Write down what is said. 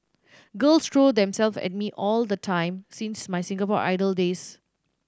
girls throw themselves at me all the time since my Singapore Idol days